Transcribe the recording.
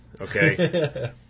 okay